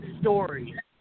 story